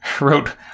wrote